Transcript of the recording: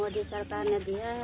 मोदी सरकार ने दिया है